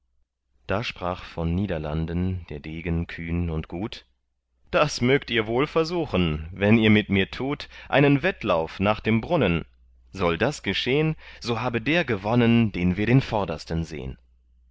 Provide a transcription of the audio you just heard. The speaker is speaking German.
da sprach von niederlanden der degen kühn und gut das mögt ihr wohl versuchen wenn ihr mit mir tut einen wettlauf nach dem brunnen soll das geschehn so habe der gewonnen den wir den vordersten sehn